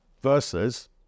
versus